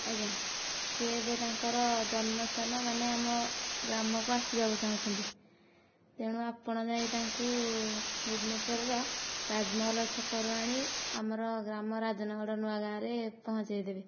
ଆଜ୍ଞା ସେ ଏବେ ତାଙ୍କର ଜନ୍ମ ସ୍ଥାନ ମାନେ ଆମ ଗ୍ରାମକୁ ଆସିବାକୁ ଚାହୁଁଛନ୍ତି ତେଣୁ ଆପଣ ଯାଇ ତାଙ୍କୁ ଭୁବନେଶ୍ୱରର ରାଜମହଲ ଛକରୁ ଆଣି ଆମର ଗ୍ରାମ ଆମ ରାଜନଗଡ଼ ନୂଆଗାଁ'ରେ ପହଁଞ୍ଚେଇ ଦେବେ